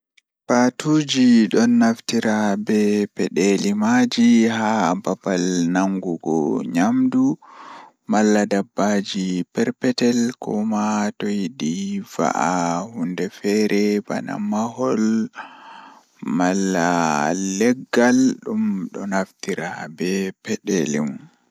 Jokkondir ndiyam ngam njillataa hakkunde, waawataa waɗude soap walla sabon. Foti waawaa njillataa cuuraande hakkunde, waawataa njiddude hawaɗe, daɗɗi e waawataa njiddude kalloji, kadi holla ɗiɗi. Hokkondir ndiyam ngam sabu njiddude cuuraande sabu. Njiddaade keɓa hannaajo kadi ɓuri njam sabu dawtude ngam holla.